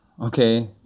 Okay